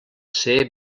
ser